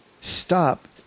stop